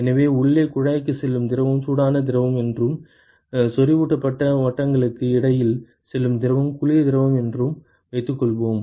எனவே உள்ளே குழாய்க்கு செல்லும் திரவம் சூடான திரவம் என்றும் செறிவூட்டப்பட்ட வட்டங்களுக்கு இடையில் செல்லும் திரவம் குளிர் திரவம் என்றும் வைத்துக்கொள்வோம்